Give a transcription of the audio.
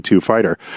fighter